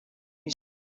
his